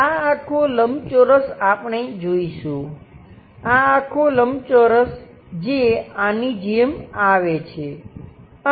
આ આખો લંબચોરસ આપણે જોઈશું આ આખો લંબચોરસ જે આની જેમ આવે છે